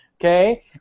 okay